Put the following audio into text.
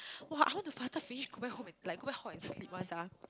!wah! I want to faster finish go back home like go back hall and sleep once ah